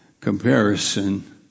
comparison